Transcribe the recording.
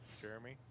Jeremy